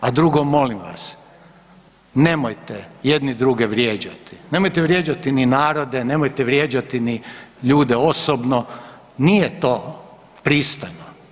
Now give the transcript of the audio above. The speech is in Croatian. A drugo, molim vas nemojte jedni druge vrijeđati, nemojte vrijeđati ni narode, nemojte vrijeđati ni ljude osobno, nije to pristojno.